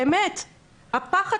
נכון,